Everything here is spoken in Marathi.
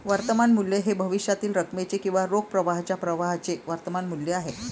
वर्तमान मूल्य हे भविष्यातील रकमेचे किंवा रोख प्रवाहाच्या प्रवाहाचे वर्तमान मूल्य आहे